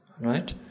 right